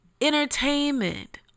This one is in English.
entertainment